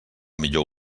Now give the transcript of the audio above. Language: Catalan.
millor